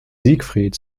siegfried